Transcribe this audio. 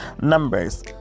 Numbers